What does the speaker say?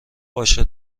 باشه